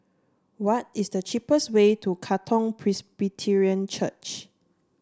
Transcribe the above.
what is the cheapest way to Katong Presbyterian Church